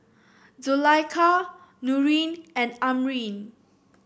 Zulaikha Nurin and Amrin